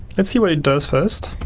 let's see what it does first,